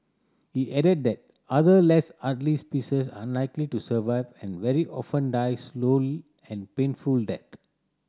he added that other less hardly species are unlikely to survive and very often die slow and painful death